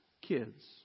kids